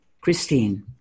Christine